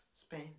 Spain